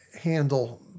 handle